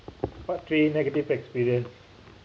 part three negative experience